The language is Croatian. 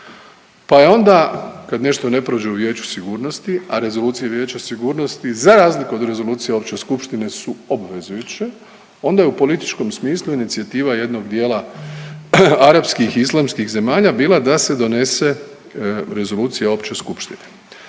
pa je onda kad nešto ne prođe u Vijeću sigurnosti, a Rezolucija Vijeća sigurnosti za razliku za Rezolucije Opće skupštine su obvezujuće onda je u političkom smislu inicijativa jednog dijela arapskih i islamskih zemalja bila da se donese Rezolucija Opće skupštine.